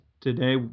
today